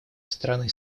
страны